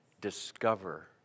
discover